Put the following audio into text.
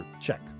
check